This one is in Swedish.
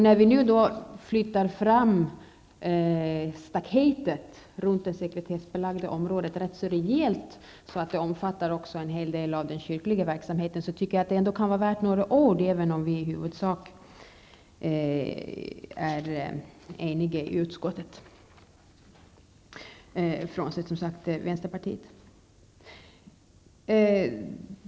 När vi nu flyttar fram staketet runt det sekretessbelagda området rejält så att det även omfattar en hel del av den kyrkliga verksamheten, tycker jag att det kan vara värt några ord även om vi är eniga i utskottet, frånsett vänsterpartiet.